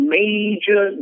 major